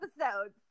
episodes